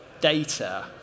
data